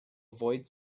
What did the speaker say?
avoid